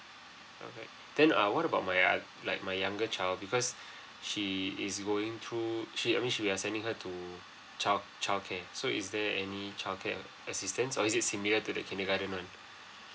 alright then uh what about my other like my younger child because she is going through she I mean we're sending her to child childcare so is there any childcare err assistance or is it similar to the kindergarten one